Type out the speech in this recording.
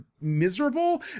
miserable